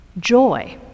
joy